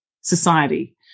society